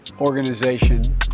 organization